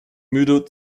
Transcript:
müde